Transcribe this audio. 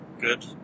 Good